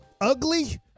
ugly